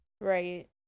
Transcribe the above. Right